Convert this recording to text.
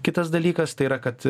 kitas dalykas tai yra kad